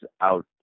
out